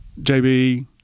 JB